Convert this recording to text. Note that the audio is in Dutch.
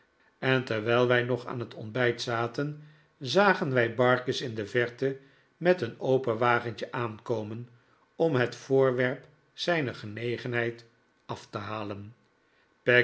en terwijl wij nog aan het ontbijt zaten zagen wij barkis in de verte met een open wagentje aankomen om het voorwerp zijner genegenheid af te halen